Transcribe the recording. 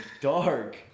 Dark